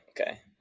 Okay